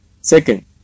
Second